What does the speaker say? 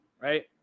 right